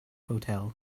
hotel